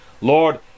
Lord